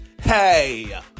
Hey